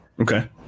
Okay